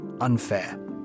unfair